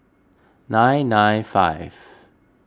nine nine five